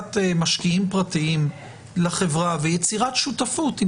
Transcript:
הכנסת משקיעים פרטיים לחברה ויצירת שותפות עם